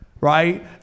right